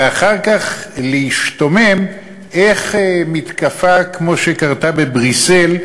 ואחר כך להשתומם איך מתקפה כמו שקרתה בבריסל,